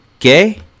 Okay